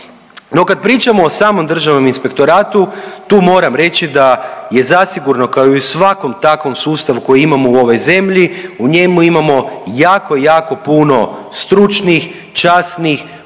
No, kad pričamo o samom Državnom inspektoratu tu moram reći da je zasigurno kao i u svakom takvom sustavu koji imamo u ovoj zemlji u njemu imamo jako, jako puno stručnih, časnih,